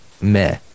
meh